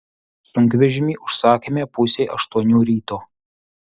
sunkvežimį užsakėme pusei aštuonių ryto